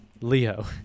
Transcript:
Leo